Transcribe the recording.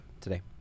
today